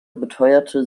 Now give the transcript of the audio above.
beteuerte